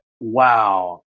wow